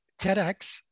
TEDx